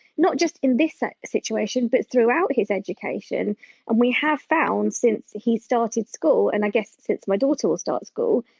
not just in this ah situation but throughout his education and we have found, since he started school, and i guess since my daughter will start school,